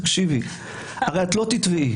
הרי היא לא תתבע,